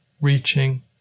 reaching